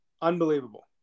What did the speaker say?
Unbelievable